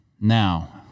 Now